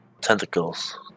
tentacles